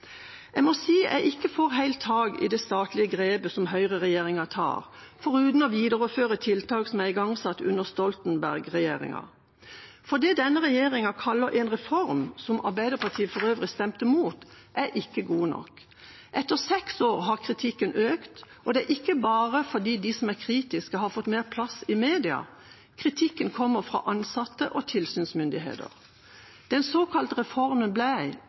Jeg må si jeg ikke får helt tak i det statlige grepet som høyreregjeringa tar, foruten å videreføre tiltak som er igangsatt under Stoltenberg-regjeringa. Det denne regjeringa kaller en reform, som Arbeiderpartiet for øvrig stemte imot, er ikke god nok. Etter seks år har kritikken økt, og det er ikke bare fordi de som er kritiske, har fått mer plass i media. Kritikken kommer fra ansatte og tilsynsmyndigheter. Den såkalte reformen ble,